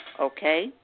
okay